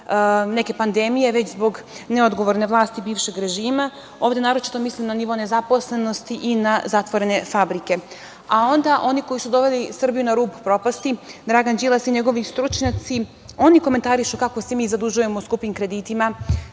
neke pandemije, već zbog neodgovorne vlasti bivšeg režima. Ovde naročito mislim na nivo nezaposlenosti i na zatvorene fabrike. Onda, oni koji su Srbiju doveli na rub propasti, Dragan Đilas i njegovi stručnjaci, oni komentarišu kako se mi zadužujemo skupim kreditima,